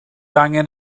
angen